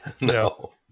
no